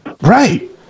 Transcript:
Right